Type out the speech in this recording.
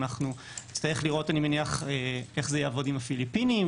ואנחנו נצטרך לראות איך זה יעבוד עם הפיליפינים.